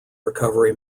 recovery